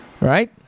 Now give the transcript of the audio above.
Right